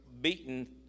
beaten